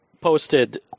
posted